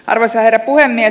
arvoisa herra puhemies